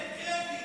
תן קרדיט.